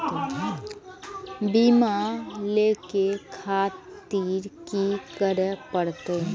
बीमा लेके खातिर की करें परतें?